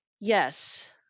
yes